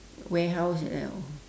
warehouse like that or